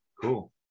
Cool